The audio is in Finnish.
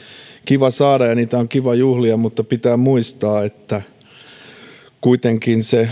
kiva saada ja niitä on kiva juhlia mutta pitää muistaa että kuitenkin se